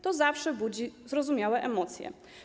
To zawsze budzi zrozumiałe emocje.